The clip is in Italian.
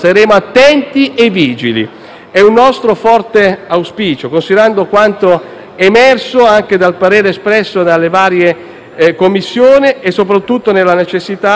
È un nostro forte auspicio, considerando quanto emerso anche dal parere espresso dalle varie Commissioni e soprattutto dalla necessità di nuovi interventi. Per tali